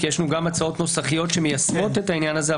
יש לנו גם הצעות ניסוחיות שמיישמות את העניין הזה.